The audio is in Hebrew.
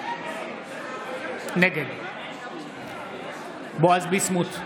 נגד בועז ביסמוט,